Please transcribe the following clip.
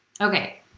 Okay